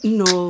no